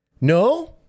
No